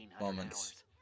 moments